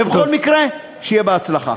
ובכל מקרה, שיהיה בהצלחה.